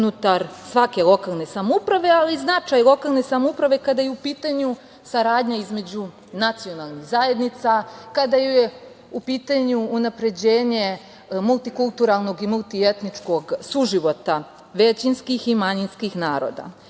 svake lokalne samouprave, ali značaj lokalne samouprave kada je u pitanju saradnja između nacionalnih zajednica, kada je u pitanju unapređenje multikulturalnog i multietničkog suživota većinskih i manjinskih naroda.S